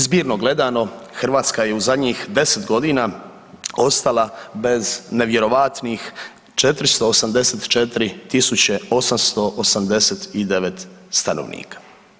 Zbirno gledano, Hrvatska je u zadnjih deset godina ostala bez nevjerojatnih 484.889 stanovnika.